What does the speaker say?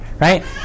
right